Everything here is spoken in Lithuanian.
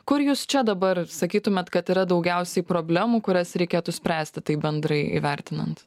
kur jūs čia dabar sakytumėt kad yra daugiausiai problemų kurias reikėtų spręsti taip bendrai įvertinant